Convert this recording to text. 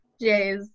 Jay's